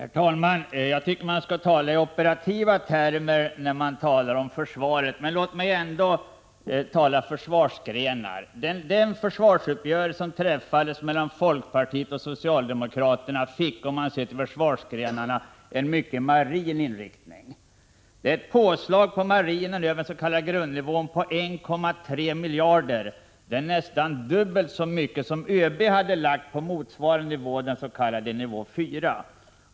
Herr talman! Jag tycker att man helst skall tala i operativa termer när man diskuterar försvaret. Men låt mig ändå ”tala försvarsgrenar”. Den försvarsuppgörelse som träffades mellan folkpartiet och socialdemokraterna fick, om jag ser till försvarsgrenarna, en mycket marin inriktning. Det innebär ett påslag på marinen över den s.k. grundnivån på 1,3 miljarder, nästan dubbelt så mycket som ÖB hade föreslagit på motsvårande nivå, den s.k. nivå 4.